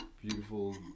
beautiful